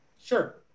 Sure